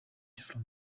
from